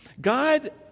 God